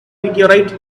meteorite